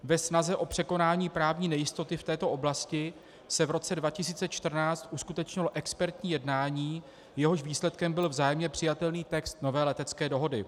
Ve snaze o překonání právní nejistoty v této oblasti se v roce 2014 uskutečnilo expertní jednání, jehož výsledkem byl vzájemně přijatelný text nové letecké dohody.